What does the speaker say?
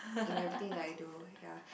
in everything that I do ya